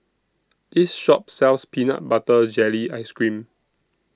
This Shop sells Peanut Butter Jelly Ice Cream